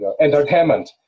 entertainment